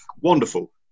Wonderful